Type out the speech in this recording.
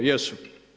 Jesu.